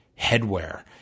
headwear